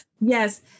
Yes